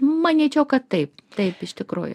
manyčiau kad taip taip iš tikrųjų